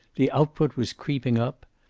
the output was creeping up.